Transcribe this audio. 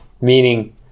meaning